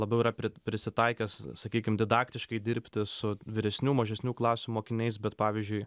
labiau yra prisitaikęs sakykim didaktiškai dirbti su vyresnių mažesnių klasių mokiniais bet pavyzdžiui